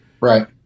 Right